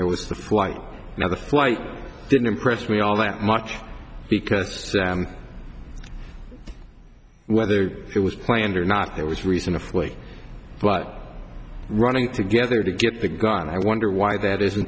there with the flight now the flight didn't impress me all that much because whether it was planned or not there was reason to flee but running together to get the gun i wonder why that isn't